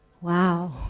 wow